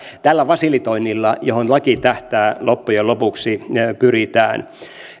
tällä fasilitoinnilla johon laki tähtää loppujen lopuksi pyritään